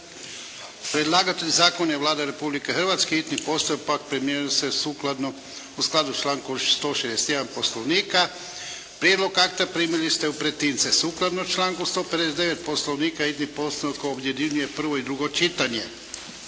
Predlagatelj zakona je Vlada Republike Hrvatske. Hitni postupak primjenjuje se sukladno, u skladu članku 161. Poslovnika. Prijedlog akta primili ste u pretince. Sukladno članku 159. Poslovnika hitni postupak objedinjuje prvo i drugo čitanje